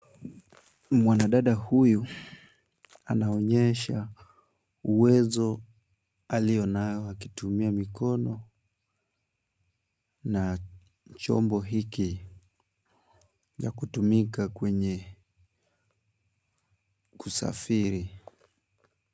Mwanadada huyu anaonyesha uwezo alionao akitumia mikono na chombo hiki ya kutumika kwenye kusafiri.